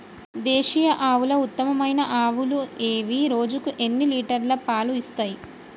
దేశీయ ఆవుల ఉత్తమమైన ఆవులు ఏవి? రోజుకు ఎన్ని లీటర్ల పాలు ఇస్తాయి?